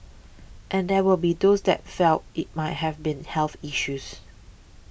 and there will be those that felt it might have been health issues